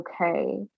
okay